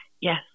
Yes